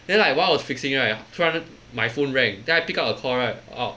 then like while I was fixing right 突然 my phone rang then I pick up the call right !wow!